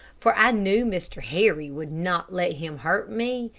for i knew mr, harry would not let him hurt me,